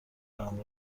نام